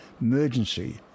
emergency